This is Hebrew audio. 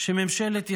שממשלת ישראל,